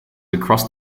across